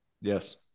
Yes